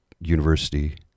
university